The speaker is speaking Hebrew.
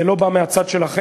זה לא בא מהצד שלכם,